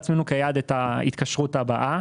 אנחנו שמנו לעצמנו כיעד את ההתקשרות הבאה,